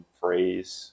phrase